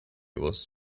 was